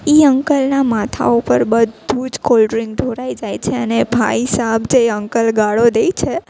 એ અંકલના માથા ઉપર બધું જ કોલ્ડ્રીંક્સ ઢોળાઈ જાય છે અને એ ભાઈસાબ જે અંકલ ગાળો દે છે